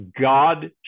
God